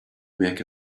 make